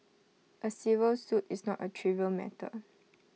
A civil suit is not A trivial matter